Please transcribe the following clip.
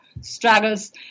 struggles